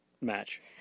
match